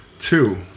Two